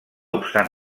obstant